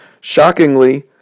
shockingly